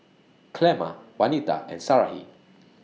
Clemma Waneta and Sarahi